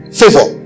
favor